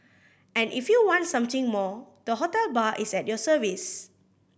and if you want something more the hotel bar is at your service